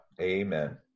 Amen